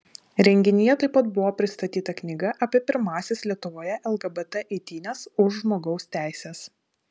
renginyje taip pat buvo pristatyta knyga apie pirmąsias lietuvoje lgbt eitynes už žmogaus teises